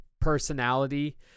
personality